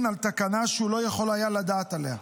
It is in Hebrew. על תקנה שהוא לא יכול היה לדעת עליה.